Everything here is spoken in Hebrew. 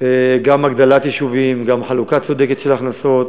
הגדלת יישובים, גם חלוקה צודקת של הכנסות